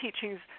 teachings